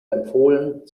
empfohlen